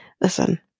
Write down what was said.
listen